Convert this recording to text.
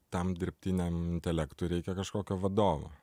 tam dirbtiniam intelektui reikia kažkokio vadovo